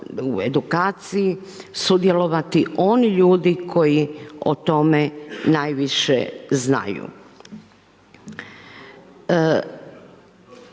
edukaciji sudjelovati oni ljudi koji o tome najviše znaju.